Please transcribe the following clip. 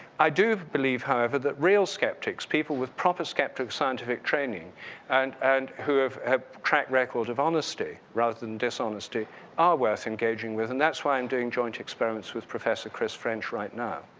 i do believe, however, that real skeptics, people with proper skeptic scientific training and and who have have track records of honesty rather than dishonesty are worth engaging with, and that's why i'm doing joint experiments with professor chris french right now.